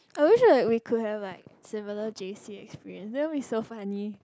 I wish like we could have like similar J_C experience that will be so funny